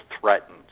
threatened